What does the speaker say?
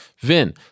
Vin